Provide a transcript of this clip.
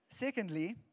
Secondly